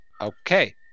okay